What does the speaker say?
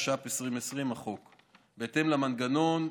התשפ"א 2020. בהתאם למנגנון,